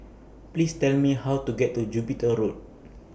Please Tell Me How to get to Jupiter Road